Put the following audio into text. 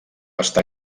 estar